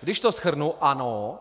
Když to shrnu, ano,